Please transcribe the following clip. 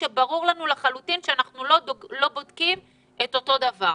כשברור לנו לחלוטין שאנחנו לא בודקים את אותו דבר.